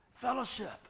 Fellowship